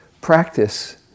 practice